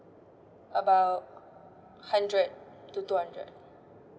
about hundred to two hundred